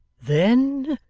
then,